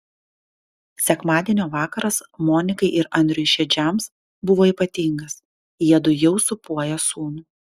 sekmadienio vakaras monikai ir andriui šedžiams buvo ypatingas jiedu jau sūpuoja sūnų